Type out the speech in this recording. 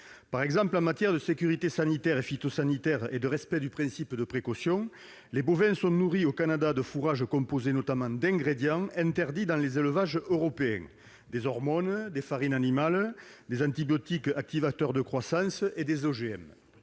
Par exemple, s'agissant de la sécurité sanitaire et phytosanitaire et du respect du principe de précaution, les bovins, au Canada, sont nourris de fourrages composés notamment d'ingrédients interdits dans les élevages européens : des hormones, des farines animales, des antibiotiques activateurs de croissance et des OGM.